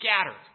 scattered